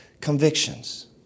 convictions